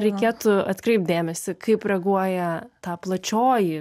reikėtų atkreipt dėmesį kaip reaguoja ta plačioji